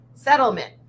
Settlement